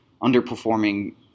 underperforming